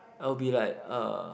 I'll be like uh